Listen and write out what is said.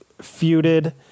feuded